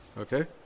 Okay